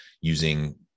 using